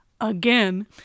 again